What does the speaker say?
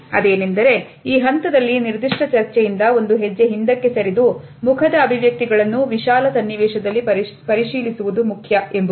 ಅದೇನೆಂದರೆ ಈ ಹಂತದಲ್ಲಿ ನಿರ್ದಿಷ್ಟ ಚರ್ಚೆಯಿಂದ ಒಂದು ಹೆಜ್ಜೆ ಹಿಂದಕ್ಕೆ ಸರಿದು ಮುಖದ ಅಭಿವ್ಯಕ್ತಿಗಳನ್ನು ವಿಶಾಲ ಸನ್ನಿವೇಶದಲ್ಲಿ ಪರಿಶೀಲಿಸುವುದು ಮುಖ್ಯ ಎಂಬುದು